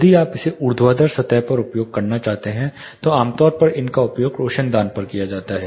यदि आप इसे ऊर्ध्वाधर सतह पर उपयोग करना चाहते हैं तो आमतौर पर इनका उपयोग रोशनदान पर किया जाता है